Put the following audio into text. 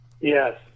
Yes